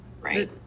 Right